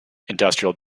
industrial